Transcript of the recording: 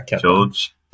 George